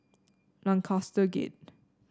Lancaster Gate